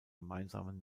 gemeinsamen